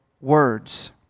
words